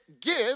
give